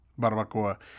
barbacoa